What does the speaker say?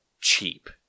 cheap